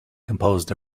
composed